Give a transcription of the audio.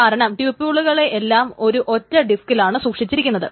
കാരണം ട്യൂപുൾകളെയെല്ലാം ഒരു ഒറ്റ ഡിസ്കിലാണ് സൂക്ഷിച്ചിരിക്കുന്നത്